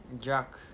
Jack